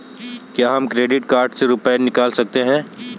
क्या हम credit card से रुपये निकाल सकते हैं?